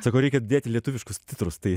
sako reikia dėti lietuviškus titrus tai